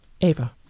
Ava